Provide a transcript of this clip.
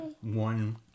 one